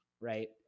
right